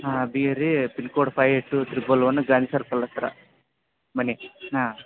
ಹಾಂ Abbigeri pin code five eight two triple one Gandhi circle ಹತ್ತಿರ ಮನೆ ಹಾಂ